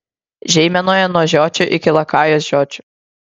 žeimenoje nuo žiočių iki lakajos žiočių